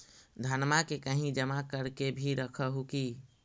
धनमा के कहिं जमा कर के भी रख हू की?